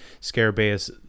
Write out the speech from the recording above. Scarabaeus